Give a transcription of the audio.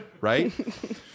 right